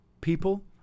people